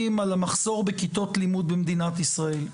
על המחסור בכיתות לימוד במדינת ישראל,